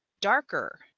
darker